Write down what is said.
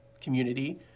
community